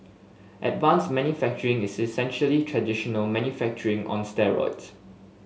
advanced manufacturing is essentially traditional manufacturing on steroids